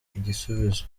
igisubizo